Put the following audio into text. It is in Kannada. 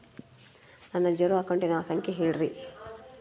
ನನ್ನ ಜೇರೊ ಅಕೌಂಟಿನ ಸಂಖ್ಯೆ ಹೇಳ್ರಿ?